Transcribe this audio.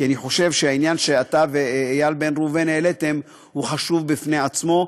כי אני חושב שהעניין שאתה ובן ראובן העליתם הוא חשוב בפני עצמו,